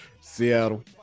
Seattle